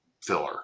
filler